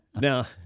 Now